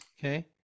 Okay